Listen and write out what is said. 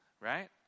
Right